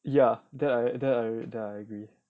ya that I that I that I agree